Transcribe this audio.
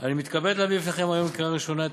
אני מתכבד להביא בפניכם היום לקריאה ראשונה את